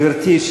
גברתי,